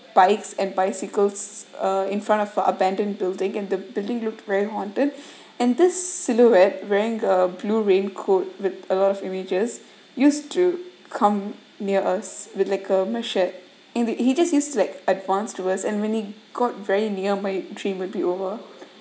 bikes and bicycles uh in front of a abandoned building and the building looked very haunted and this silhouette wearing a blue raincoat with a lot of images used to come near us with like a machete and he just used to like advance towards and when he got very near my dream would be over